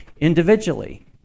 individually